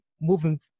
moving